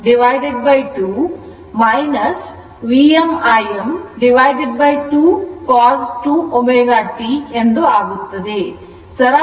pVm Im2 Vm Im2 cos 2 ω t ಎಂದು ಆಗುತ್ತದೆ